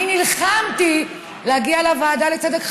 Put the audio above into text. אני נלחמתי להגיע לוועדה לצדק חלוקתי,